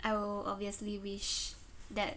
I will obviously wish that